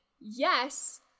Yes